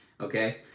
okay